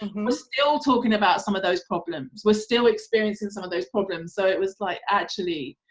were still talking about some of those problems. we're still experiencing some of those problems so it was like, actually,